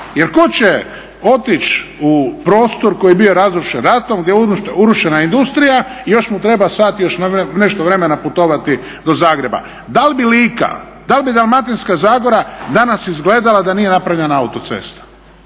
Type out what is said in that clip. Jer tko će otići u prostor koji je bio razrušen ratom, gdje je urušena industrija i još mu treba sat i još nešto vremena putovati do Zagreba. Da li bi Lika, da li Dalmatinska-zagora danas izgledala da nije napravljena autocesta